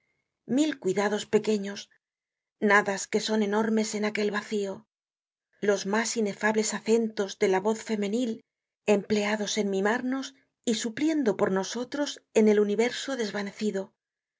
mil cuidados pequeños nadas que son enormes en aquel vacío los mas inefables acentos de la voz femenil empleados en mimarnos y supliendo por nosotros en el universo desvanecido